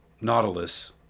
Nautilus